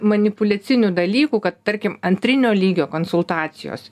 manipuliacinių dalykų kad tarkim antrinio lygio konsultacijos